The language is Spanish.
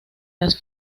las